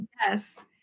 Yes